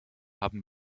haben